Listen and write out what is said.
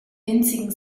winzigen